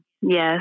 yes